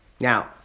Now